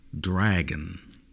dragon